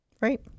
Right